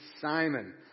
Simon